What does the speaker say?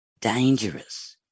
dangerous